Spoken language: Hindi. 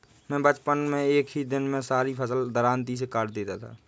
मैं बचपन में एक ही दिन में सारी फसल दरांती से काट देता था